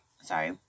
sorry